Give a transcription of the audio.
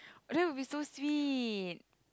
oh that would be so sweet